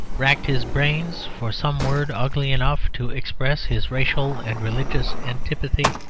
racked his brains for some word ugly enough to express his racial and religious antipathy,